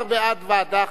11 בעד ועדה,